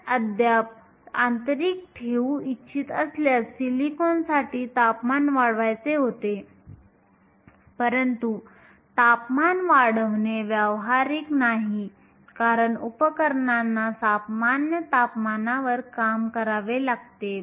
आपण अद्याप आंतरिक ठेवू इच्छित असल्यास सिलिकॉनसाठी तापमान वाढवायचे होते परंतु तापमान वाढवणे व्यावहारिक नाही कारण उपकरणांना सामान्य तापमानावर काम करावे लागते